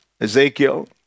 Ezekiel